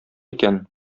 икән